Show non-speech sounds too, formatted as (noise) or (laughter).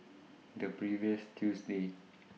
The previous Tuesday (noise)